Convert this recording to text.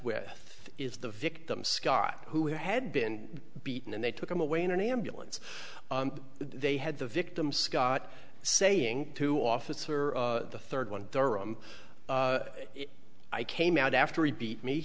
with is the victim scott who had been beaten and they took him away in an ambulance they had the victim scott saying two officer the third one durham i came out after he beat me